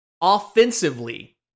Offensively